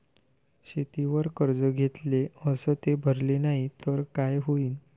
शेतीवर कर्ज घेतले अस ते भरले नाही तर काय होईन?